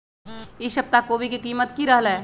ई सप्ताह कोवी के कीमत की रहलै?